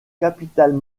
capitale